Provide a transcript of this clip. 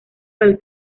del